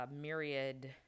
myriad